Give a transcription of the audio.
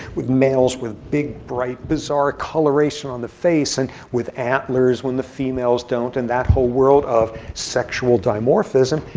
with males with big, bright, bizarre coloration on the face, and with antlers when the females don't, and that whole world of sexual dimorphism.